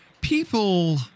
People